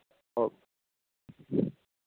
okay